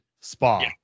spa